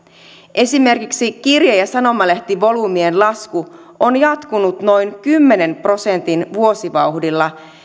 esimerkiksi kirje ja sanomalehtivolyymien lasku on jatkunut noin kymmenen prosentin vuosivauhdilla